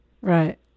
Right